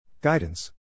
Guidance